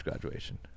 graduation